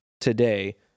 today